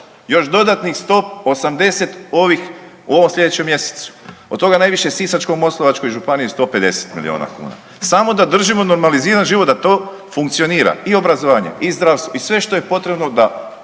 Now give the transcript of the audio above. Još dodatnih 180 u ovom sljedećem mjesecu. Od toga najviše u Sisačko-moslavačkoj županiji 150 milijuna kuna samo da držimo normaliziran život, da to funkcionira i obrazovanje i zdravstvo i sve što je potrebno da